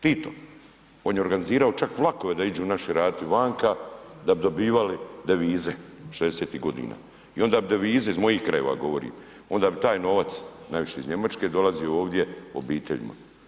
Tito, on je organizirao čak vlakove da iđu naši raditi vanka da bi dobivali devize '60. godina i onda bi devize, iz mojih krajeva govorim, onda bi taj novac najviše iz Njemačke dolazi ovdje obiteljima.